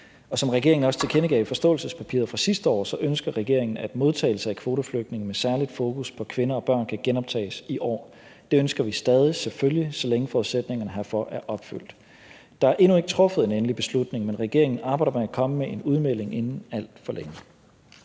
Som regeringen også tilkendegav i forståelsespapiret fra sidste år, ønsker regeringen, at modtagelse af kvoteflygtninge med særligt fokus på kvinder og børn kan genoptages i år. Det ønsker vi stadig, selvfølgelig så længe forudsætningerne herfor er opfyldt. Der er endnu ikke truffet en endelig beslutning, men regeringen arbejder på at komme med en udmelding inden alt for længe.